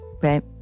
right